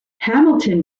hamilton